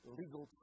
legal